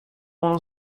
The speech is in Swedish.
hon